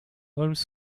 holmes